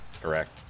Correct